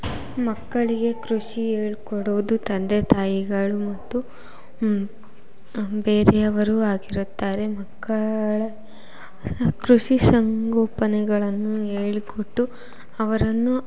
ಮಕ್ಕಳಿಗೆ ಕೃಷಿ ಹೇಳ್ಕೊಡೋದು ತಂದೆ ತಾಯಿಗಳು ಮತ್ತು ಬೇರೆಯವರೂ ಆಗಿರುತ್ತಾರೆ ಮಕ್ಕಳ ಕೃಷಿ ಸಂಗೋಪನೆಗಳನ್ನು ಹೇಳಿಕೊಟ್ಟು ಅವರನ್ನು